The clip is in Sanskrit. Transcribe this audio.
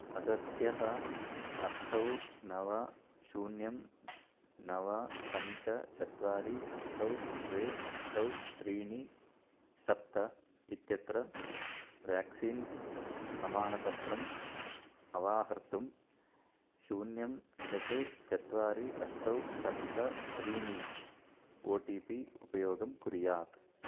अगस्त्यः अष्ट नव शून्यं नव पञ्च चत्वारि अष्ट द्वे अष्ट त्रीणि सप्त इत्यत्र वेक्सीन् प्रमाणपत्रम् अवाहर्तुं शून्यं षट् चत्वारि अष्ट सप्त त्रीणि ओ टि पि उपयोगं कुर्यात्